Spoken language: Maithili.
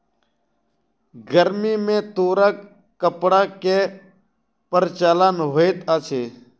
गर्मी में तूरक कपड़ा के प्रचलन होइत अछि